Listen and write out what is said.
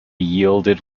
yielded